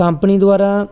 company ਦੁਆਰਾ